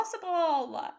possible